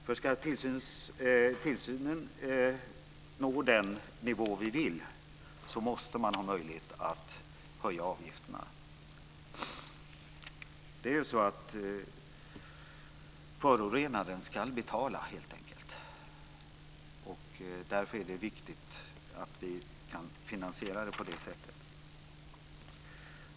För att tillsynen ska komma upp på den nivå som vi skulle önska måste det finnas en möjlighet att höja avgifterna. Förorenaren ska helt enkelt betala. Det är viktigt att tillsynen kan finansieras på det sättet.